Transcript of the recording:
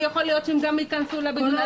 ויכול להיות שהם גם ייכנסו לבידוד,